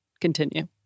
continue